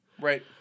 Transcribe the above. right